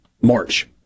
March